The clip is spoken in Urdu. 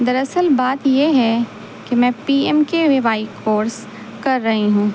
در اصل بات یہ ہے کہ میں P M K V Y course کر رہی ہوں